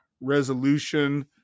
resolution